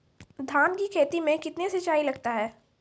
धान की खेती मे कितने सिंचाई लगता है?